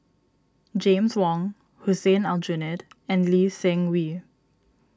James Wong Hussein Aljunied and Lee Seng Wee